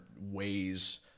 ways